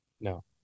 no